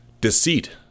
deceit